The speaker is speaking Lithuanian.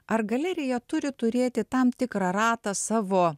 ar galerija turi turėti tam tikrą ratą savo